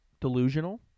delusional